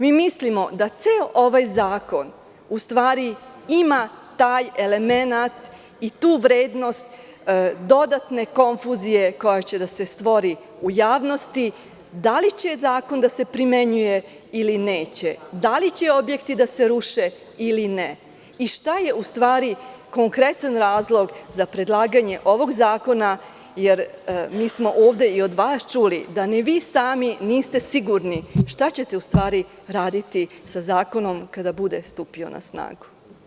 Mi milimo da ceo ovaj zakon u stvari ima taj elemenat i tu vrednost dodatne konfuzije koja će da se stvori u javnosti - da li će zakon da se primenjuje ili neće, da li će objekti da se ruše ili ne i šta je u stvari konkretan razlog za predlaganje ovog zakona, jer mi smo ovde i od vas čuli da ni vi sami niste sigurni šta ćete u stvari raditi sa zakonom kada bude stupio na snagu.